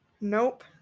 Nope